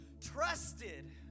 trusted